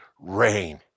rain